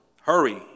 Hurry